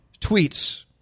tweets